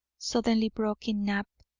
suddenly broke in knapp.